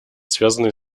связанной